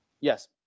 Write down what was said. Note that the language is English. Yes